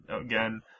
again